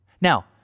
Now